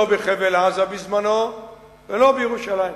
לא בחבל-עזה בזמנו ולא בירושלים.